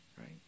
Right